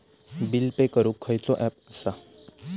Bill pay करूक खैचो app असा?